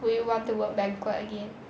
would you want to work banquet again